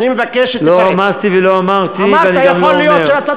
לא רמזתי ולא אמרתי, ואני גם לא אומר.